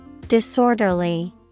Disorderly